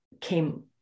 came